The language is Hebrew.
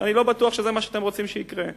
ואני לא בטוח שזה מה שאתם רוצים שיקרה.